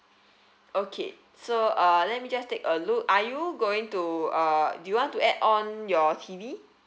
okay so uh let me just take a look are you going to uh do you want to add on your T_V